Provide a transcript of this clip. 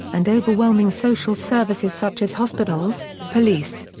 and overwhelming social services such as hospitals, police.